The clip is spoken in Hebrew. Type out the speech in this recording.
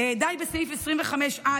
די בסעיף 25א,